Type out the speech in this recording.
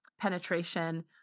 penetration